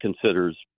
considers